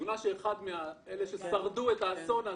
תמונה שצילם אחד מאלה ששרדו את האסון הזה.